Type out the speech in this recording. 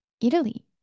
Italy